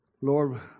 Lord